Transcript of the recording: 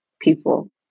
people